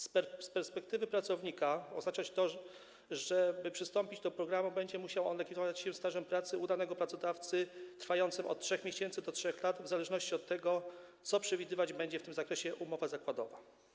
Z perspektywy pracownika oznacza to, że żeby przystąpić do programu, będzie on musiał legitymować się stażem pracy u danego pracodawcy wynoszącym od 3 miesięcy do 3 lat, w zależności od tego, co przewidywać będzie w tym zakresie umowa zakładowa.